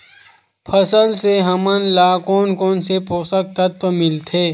फसल से हमन ला कोन कोन से पोषक तत्व मिलथे?